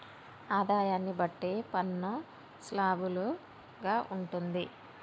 ఆదాయాన్ని బట్టి పన్ను స్లాబులు గా ఉంటుంది